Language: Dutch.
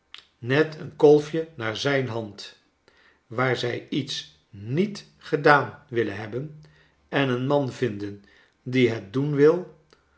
net een kolfje naar zijn hand waar zij iets niet gedaan willen hebben en een man vinden die het doen wil